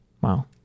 Wow